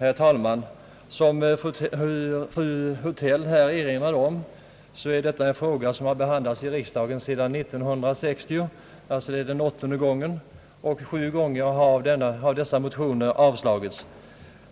Herr talman! Såsom fru Hultell här har erinrat om, är detta en fråga, som har behandlats i riksdagen sedan år 1960. Det är alltså nu den åttonde gången. Sju gånger har motionerna avslagits.